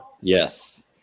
yes